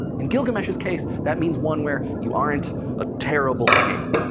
in gilgamesh's case, that means one where you aren't a terrible king.